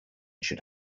should